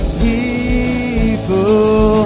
people